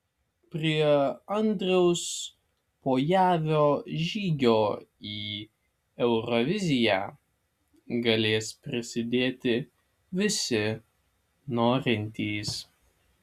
prie andriaus pojavio žygio į euroviziją galės prisidėti visi norintys